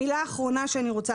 מילה אחרונה שאני רוצה